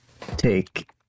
take